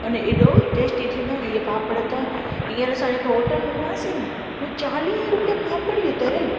अने हेॾो टेस्टी थींदव नी इअं पापड़ त हींअर असां हिक होटल में वियासी नी हूअं चालीह रूपए पापड़ इहो तरियल